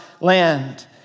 land